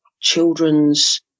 children's